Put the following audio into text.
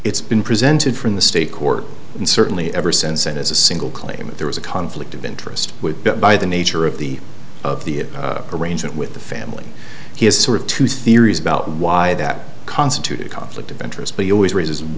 it's been presented from the state court and certainly ever since and as a single claimant there was a conflict of interest with the by the nature of the of the arrangement with the family he has sort of two theories about why that constituted conflict of interest but he always rais